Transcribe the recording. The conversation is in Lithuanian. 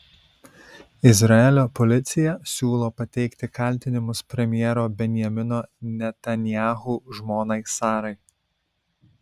izraelio policija siūlo pateikti kaltinimus premjero benjamino netanyahu žmonai sarai